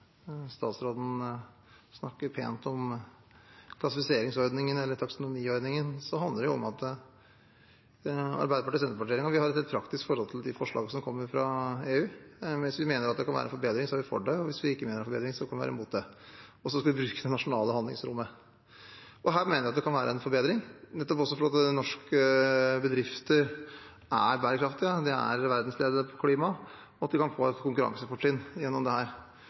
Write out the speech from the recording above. statsråden snakker pent om klassifiseringsordningen eller taksonomien, handler det om at Arbeiderparti–Senterparti-regjeringen har et rent praktisk forhold til de forslagene som kommer fra EU. Hvis vi mener at det kan være en forbedring, er vi for det, og hvis vi ikke mener det er en forbedring, kan vi være mot det, og så skal vi bruke det nasjonale handlingsrommet. Her mener jeg at det kan være en forbedring, nettopp fordi norske bedrifter er bærekraftige, de er verdensledende på klima, og de kan få et konkurransefortrinn gjennom dette. Derfor er det